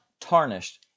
tarnished